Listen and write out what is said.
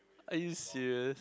are you serious